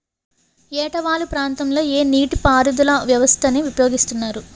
ఏట వాలు ప్రాంతం లొ ఏ నీటిపారుదల వ్యవస్థ ని ఉపయోగిస్తారు?